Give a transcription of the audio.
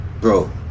bro